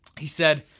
he said,